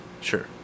Sure